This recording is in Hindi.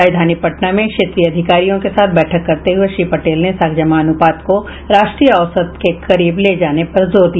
राजधानी पटना में क्षेत्रीय अधिकारियों के साथ बैठक करते हुए श्री पटेल ने साख जमा अनुपात को राष्ट्रीय औसत के करीब ले जाने पर जोर दिया